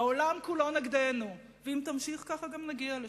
העולם כולו נגדנו, ואם תמשיך ככה, גם נגיע לשם.